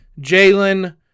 Jalen